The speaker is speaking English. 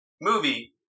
movie